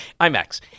IMAX